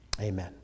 Amen